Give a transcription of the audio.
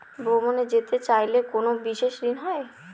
ভ্রমণে যেতে চাইলে কোনো বিশেষ ঋণ হয়?